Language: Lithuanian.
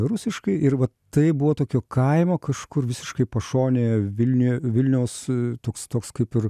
rusiškai ir va tai buvo tokio kaimo kažkur visiškai pašonėje vilniuje vilniaus toks toks kaip ir